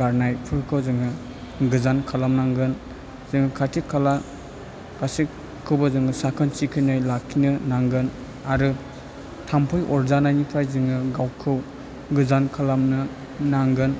गारनायफोरखौ जोङो गोजान खालामनांगोन जों खाथि खाला गासैखौबो जोङो साखोन सिखोनै लाखिनो नांगोन आरो थाम्फै अरजानायनिफ्राय जोङो गावखौ गोजान खालामनो नांगोन